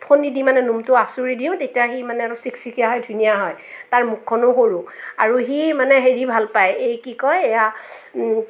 ফনি দি মানে নোমটো আঁচুৰি দিওঁ তেতিয়া সি মানে আৰু চিকচিকীয়া হয় ধুনীয়া হয় তাৰ মুখখনো সৰু আৰু সি মানে হেৰি ভাল পায় এই কি কয় এয়া